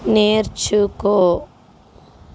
నేర్చుకో